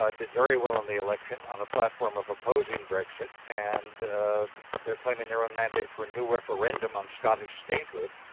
ah did very well in the election on a platform of opposing brexit. and they're claiming their own mandate for a new referendum on scottish statehood.